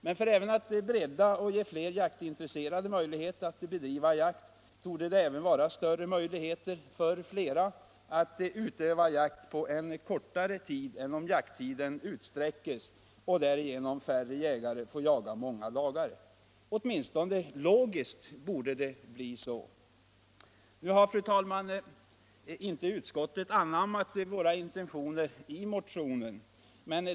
Men för att bredda jaktintresset och ge fler människor möjlighet att bedriva jakt torde det vara lämpligare att tillåta jakt under en kortare tid än att utsträcka jakttiden så att därigenom färre jägare får jaga många dagar. Åtminstone logiskt borde det bli så. Nu har, fru talman, inte utskottet anammat våra intentioner i motionen.